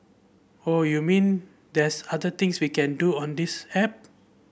oh you mean there's other things we can do on this app